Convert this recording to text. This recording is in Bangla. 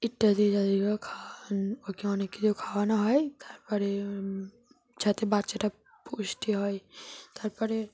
ইত্যাদি ইত্যাদি খাওয়ানো ওকে অনেক কিছু খাওয়ানো হয় তার পরে যাতে বাচ্চাটা পুষ্টি হয় তার পরে